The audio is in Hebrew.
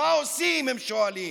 מה עושים, הם שואלים.